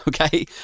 okay